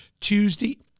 Tuesday